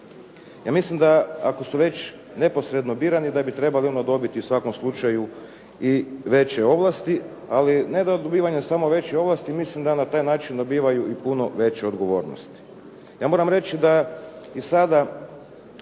Ja mislim da ako su već neposredno birani da bi trebali onda dobiti u svakom slučaju i veće ovlasti, ali ne da od dobivanja samo većih ovlasti, mislim da na taj način dobivaju i puno veće odgovornosti. Ja moram reći da i sada